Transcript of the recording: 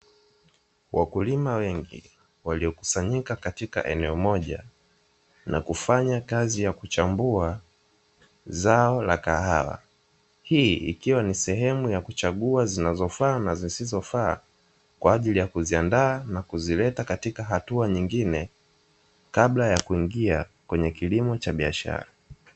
Wakulima wengi waliokusanyika katika eneo moja na kufanya kazi zao la kahawa, hii ikiwa ni sehemu ya kuchagua zinazofaa na zisizofaa kwa ajili ya kuziandaa na kuzileta katika hatua nyingine kabla ya kuingia kwenye kilimo cha biashara.